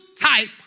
type